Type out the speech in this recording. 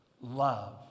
Love